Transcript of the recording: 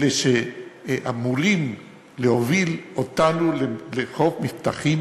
אלה שאמורים להוביל אותנו לחוף מבטחים,